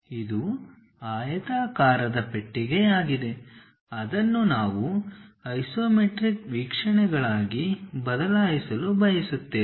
ಇದು ಆಯತಾಕಾರದ ಪೆಟ್ಟಿಗೆಯಾಗಿದೆ ಅದನ್ನು ನಾವು ಐಸೊಮೆಟ್ರಿಕ್ ವೀಕ್ಷಣೆಗಳಾಗಿ ಬದಲಾಯಿಸಲು ಬಯಸುತ್ತೇವೆ